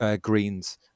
Greens